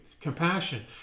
Compassion